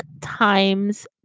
times